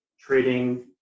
trading